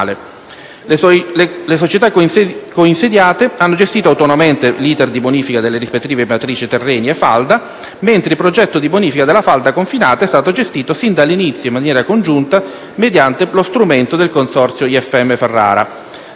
Le società coinsediate hanno gestito autonomamente l'*iter* di bonifica delle rispettive matrici dei terreni e della falda, mentre il progetto di bonifica della falda confinata è stato gestito sin dall'inizio in maniera congiunta mediante lo strumento del consorzio IFM Ferrara.